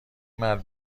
مرد